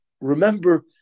remember